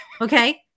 Okay